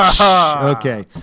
Okay